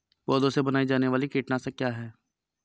पौधों से बनाई जाने वाली कीटनाशक क्या है?